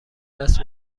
دست